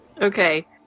Okay